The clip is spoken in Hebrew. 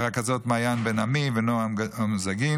הרכזות מעיין בן עמי ונועה אומזגין,